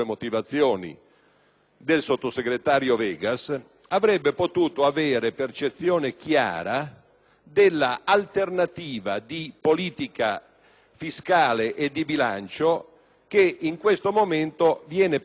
del sottosegretario Vegas avrebbe potuto avere percezione chiara dell'alternativa di politica fiscale e di bilancio che in questo momento viene presentata